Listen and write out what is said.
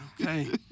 Okay